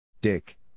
Dick